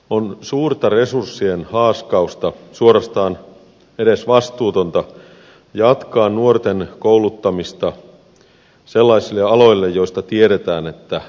on suurta resurssien haaskausta suorastaan edesvastuutonta jatkaa nuorten kouluttamista sellaisille aloille joista tiedetään että ne eivät työllistä